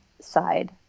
side